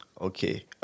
Okay